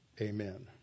amen